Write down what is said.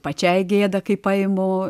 pačiai gėda kai paimu